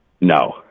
No